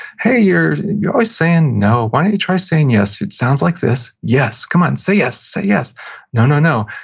hey, you're you're always saying no. why don't you try saying, yes? it sounds like this, yes come on, say, yes say, yes no, no, no.